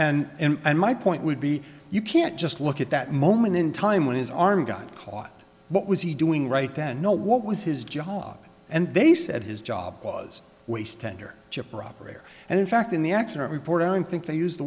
apologize and my point would be you can't just look at that moment in time when his arm got caught what was he doing right then no what was his job and they said his job was waste tender to proper air and in fact in the accident report and think they used the